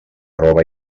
roba